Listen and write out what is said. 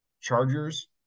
Chargers